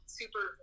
super